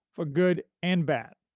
for good and bad.